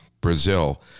Brazil